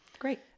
Great